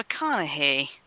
McConaughey